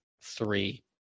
three